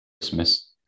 Christmas